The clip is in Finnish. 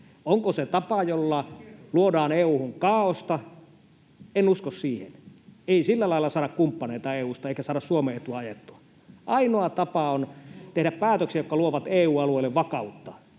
Onko se tapa, jolla luodaan EU:hun kaaosta? En usko siihen. Ei sillä lailla saada kumppaneita EU:sta eikä saada Suomen etua ajettua. Ainoa tapa on tehdä päätöksiä, jotka luovat EU-alueelle vakautta,